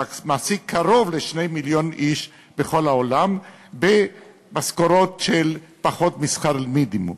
מעסיק קרוב ל-2 מיליון איש בכל העולם במשכורות של פחות משכר מינימום.